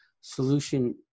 solution